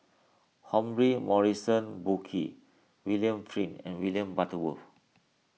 Humphrey Morrison Burkill William Flint and William Butterworth